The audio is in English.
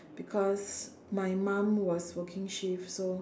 because my mom was working shifts so